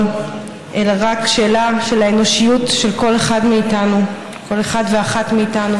אלא רק שאלה של האנושיות של כל אחד ואחת מאיתנו,